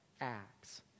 acts